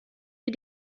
wir